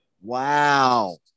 Wow